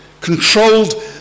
Controlled